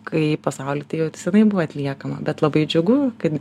kai pasauly tai jau senai buvo atliekama bet labai džiugu kad